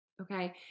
okay